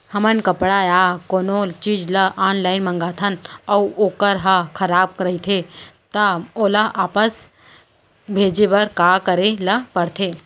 हमन कपड़ा या कोनो चीज ल ऑनलाइन मँगाथन अऊ वोकर ह खराब रहिये ता ओला वापस भेजे बर का करे ल पढ़थे?